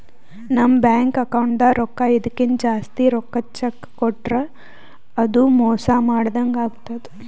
ನಮ್ ಬ್ಯಾಂಕ್ ಅಕೌಂಟ್ದಾಗ್ ರೊಕ್ಕಾ ಇರದಕ್ಕಿಂತ್ ಜಾಸ್ತಿ ರೊಕ್ಕದ್ ಚೆಕ್ಕ್ ಕೊಟ್ರ್ ಅದು ಮೋಸ ಮಾಡದಂಗ್ ಆತದ್